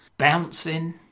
Bouncing